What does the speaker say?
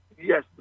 Yes